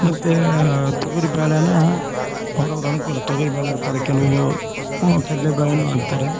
ಮತ್ತು ತೊಗರಿ ಬ್ಯಾಳೇನ ಅವ್ರವ್ರ ಅನುಕೂಲ ತೊಗರಿ ಬ್ಯಾಳೆ ಹಾಕ್ತಾರೆ ಕೆಲವು ಕಡ್ಲೆ ಬೆಳೇನು ಹಾಕ್ತಾರೆ